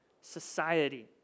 society